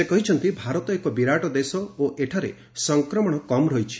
ସେ କହିଛନ୍ତି ଭାରତ ଏକ ବିରାଟ ଦେଶ ଓ ଏଠାରେ ସଂକ୍ରମଣ କମ୍ ରହିଛି